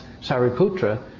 Sariputra